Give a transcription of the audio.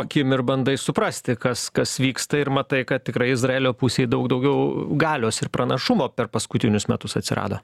akim ir bandai suprasti kas kas vyksta ir matai kad tikrai izraelio pusėj daug daugiau galios ir pranašumo per paskutinius metus atsirado